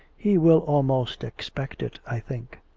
he will almost expect it, i think.